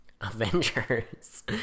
Avengers